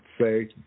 say